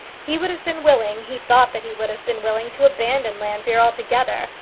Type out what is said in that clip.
he would have been willing he thought that he would have been willing to abandon llanfeare altogether,